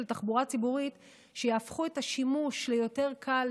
תחבורה ציבורית שיהפכו את השימוש ליותר קל,